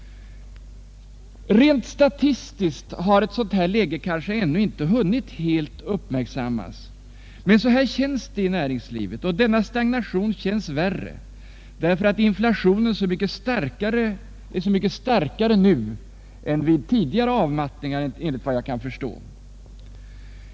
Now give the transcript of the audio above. Rent statistiskt har ett sådant läge kanske ännu inte hunnit helt uppmärksammas, men så här känns det i näringslivet, och denna stagnation känns värre, därför att inflationen är så mycket starkare nu än vid tidigare avmattningar, enligt vad jag kan förstå.